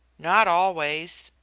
not always.